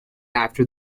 after